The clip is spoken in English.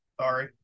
sorry